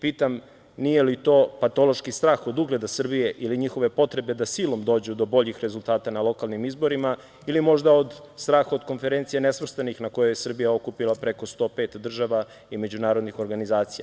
Pitam nije li to patološki strah od ugleda Srbije ili njihove potrebe da silom dođu do boljih rezultata na lokalnim izborima ili možda od strah od Konferencije nesvrstanih na kojoj je Srbija okupila preko 105 država i međunarodnih organizacija?